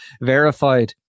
verified